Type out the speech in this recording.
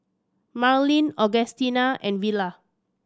Marlyn Augustina and Villa